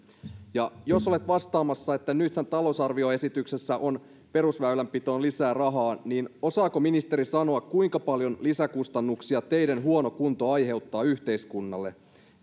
ja jos olet vastaamassa että nythän talousarvioesityksessä on perusväylänpitoon lisää rahaa niin osaako ministeri sanoa kuinka paljon lisäkustannuksia teiden huono kunto aiheuttaa yhteiskunnalle